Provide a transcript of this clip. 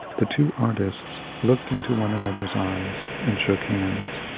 the two artists looked into one another's eyes and shook hands,